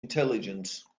intelligence